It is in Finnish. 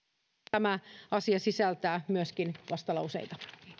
tämä asia sisältää myöskin vastalauseita